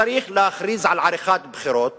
צריך להכריז על עריכת בחירות